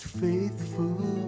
faithful